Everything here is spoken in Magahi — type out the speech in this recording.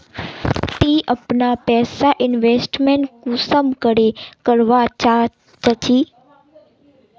ती अपना पैसा इन्वेस्टमेंट कुंसम करे करवा चाँ चची?